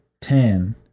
ten